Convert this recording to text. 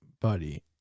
buddy